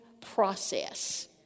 process